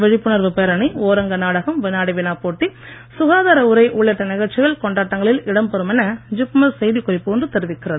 விழிப்புணர்வு பேரணி ஓரங்க நாடகம் வினாடி வினா போட்டி சுகாதார உரை உள்ளிட்ட நிகழ்ச்சிகள் கொண்டாட்டங்களில் இடம்பெறும் என ஜிப்மர் செய்திக் குறிப்பு ஒன்று தெரிவிக்கிறது